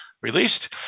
released